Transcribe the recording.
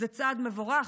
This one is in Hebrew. זה צעד מבורך,